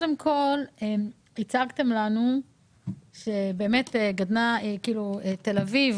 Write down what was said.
הצגתם לנו שתל אביב,